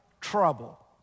trouble